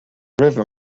river